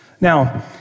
Now